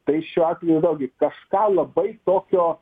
tai šiuo atveju vėlgi kažką labai tokio